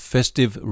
Festive